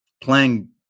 playing